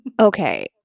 Okay